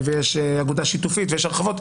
יש אגודה שיתופית ויש הרחבות,